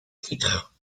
titre